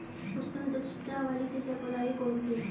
उच्चतम दक्षता वाली सिंचाई प्रणाली कौन सी है?